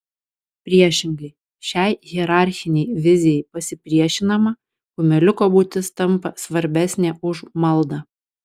priešingai šiai hierarchinei vizijai pasipriešinama kumeliuko būtis tampa svarbesnė už maldą